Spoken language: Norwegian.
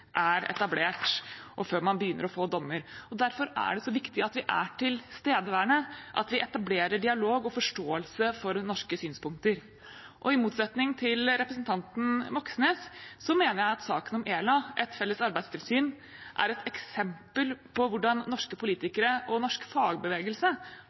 er etablert, og før man begynner å få dommer. Derfor er det så viktig at vi er tilstedeværende, at vi etablerer dialog og forståelse for norske synspunkter. I motsetning til representanten Moxnes mener jeg at saken om ELA, et felles arbeidstilsyn, er et eksempel på hvordan norske